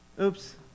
Oops